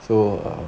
so uh